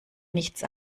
nichts